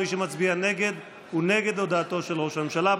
מי שמצביע נגד הוא נגד הודעתו של ראש הממשלה.